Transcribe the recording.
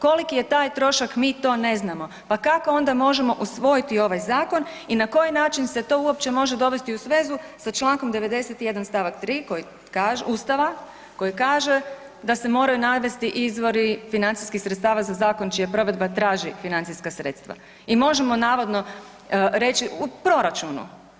Koliki je taj trošak mi to ne znamo, pa kako onda možemo usvojiti ovaj zakon i na koji način se to uopće može dovesti u svezi sa čl. 91. st. 3. koji kaže, ustava koji kaže da se moraju navesti izvori financijskih sredstava za zakon čija provedba traži financijska sredstva i možemo navodno reći u proračunu.